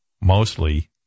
mostly